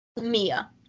Mia